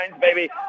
baby